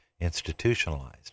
institutionalized